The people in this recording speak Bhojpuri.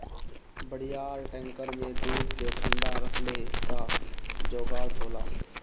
बड़ियार टैंकर में दूध के ठंडा रखले क जोगाड़ होला